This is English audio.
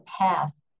path